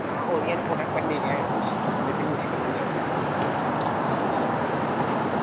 हां ओह्दियां रपोटां कन्नै लेई आएओ तुस नेईं ते मुश्कल होई जंदा ऐ